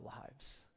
lives